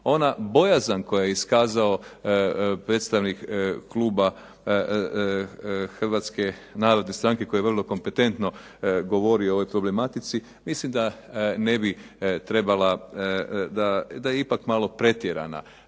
Ona bojazan koja je iskazao predstavnik kluba Hrvatske narodne stranke koji vrlo kompetentno govorio o ovoj problematici, mislim da ne bi trebala, da je ipak malo pretjerana.